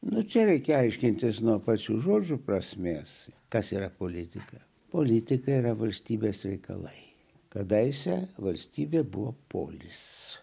nu čia reikia aiškintis nuo pačių žodžių prasmės kas yra politika politika yra valstybės reikalai kadaise valstybė buvo polis